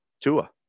Tua